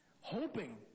hoping